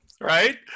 Right